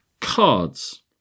cards